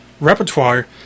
repertoire